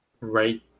Right